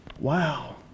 Wow